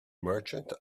merchant